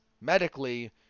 medically